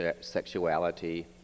sexuality